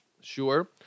sure